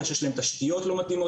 יש להם תשתיות לא מתאימות,